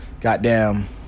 Goddamn